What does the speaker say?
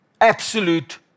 absolute